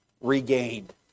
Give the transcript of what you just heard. regained